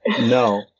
No